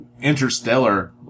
Interstellar